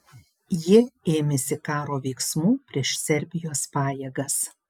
jie ėmėsi karo veiksmų prieš serbijos pajėgas